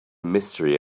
mystery